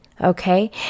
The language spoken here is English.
okay